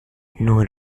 nur